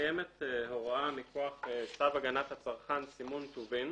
קיימת הוראה מכוח צו הגנת הצרכן (סימון טובין),